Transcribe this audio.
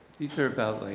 these are about like